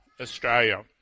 Australia